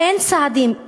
אין צעדים.